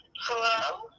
hello